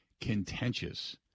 contentious